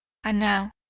and now,